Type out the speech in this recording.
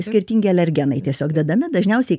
skirtingi alergenai tiesiog dedami dažniausiai